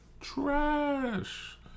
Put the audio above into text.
Trash